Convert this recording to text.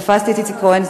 תפסתי את איציק כהן,